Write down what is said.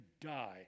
die